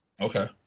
Okay